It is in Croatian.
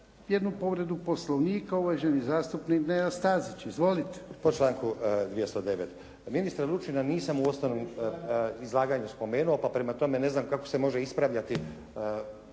jednu povredu Poslovnika, uvaženi zastupnik Nenad Stazić. Izvolite. **Stazić, Nenad (SDP)** Po članku 209. ministra Lučina nisam u osnovnom izlaganju spomenuo, pa prema tome, ne znam kako se može ispravljati